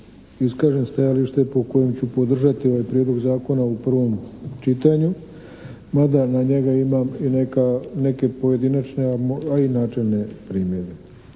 iskažem stajalište po kojem ću podržati ovaj Prijedlog zakona u prvom čitanju mada na njega imam i neke pojedinačne, a inače …/Govornik